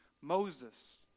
Moses